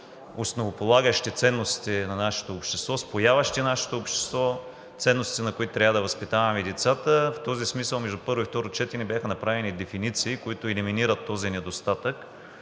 основополагащи ценности на нашето общество, спояващи нашето общество, ценности, на които трябва да възпитаваме децата. В този смисъл между първо и второ четене бяха направени дефиниции, които елиминират този недостатък,